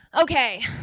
okay